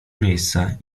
miejsca